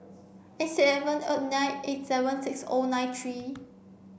eight seven O nine eight seven six O nine three